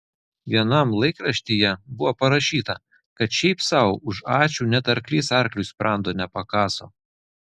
vienam laikraštyje buvo parašyta kad šiaip sau už ačiū net arklys arkliui sprando nepakaso